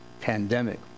pandemic